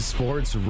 Sports